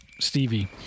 Stevie